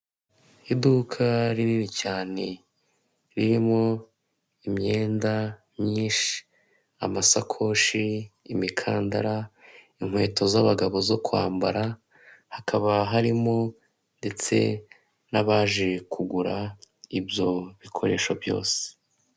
Iduka rinini cyane ririmo imyenda myinshi, amasakoshi, imikandara, inkweto z'abagabo zo kwambara hakaba harimo ndetse n'abaje kugura ibyo bikoresho byose.